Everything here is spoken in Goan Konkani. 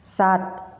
सात